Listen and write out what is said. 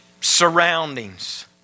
surroundings